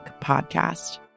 podcast